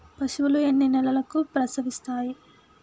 పశువులు ఎన్ని నెలలకు ప్రసవిస్తాయి?